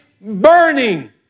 burning